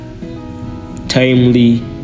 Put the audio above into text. timely